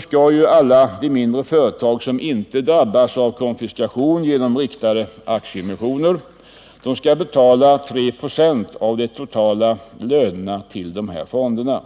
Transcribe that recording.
skall alla de mindre företag som inte drabbas av konfiskationen genom riktade aktieemissioner betala 3 "» av de totala lönerna till fonderna.